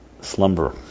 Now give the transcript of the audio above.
Slumber